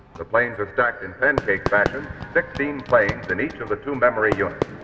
the planes are stacked in pancake fashion sixteen planes in each of the two memory units.